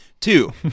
Two